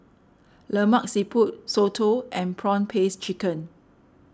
Lemak Siput Soto and Prawn Paste Chicken